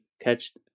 catched